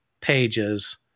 pages